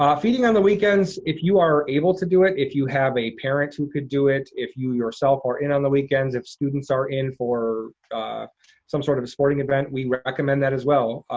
feeding on the weekends, if you are able to do it, if you have a parent who could do it, if you yourself are in on the weekends, if students are in for some sort of a sporting event, we recommend that, as well.